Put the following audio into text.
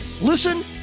Listen